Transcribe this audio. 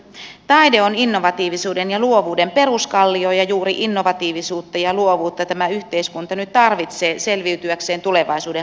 taide on innovatiivisuuden ja luovuuden peruskallio ja juuri innovatiivisuutta ja luovuutta tämä yhteiskunta nyt tarvitsee selviytyäkseen tulevaisuuden haasteista